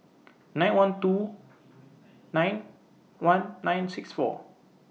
nine one two nine one nine six four